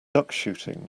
duckshooting